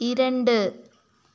இரண்டு